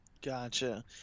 gotcha